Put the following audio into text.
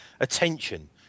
attention